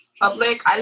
public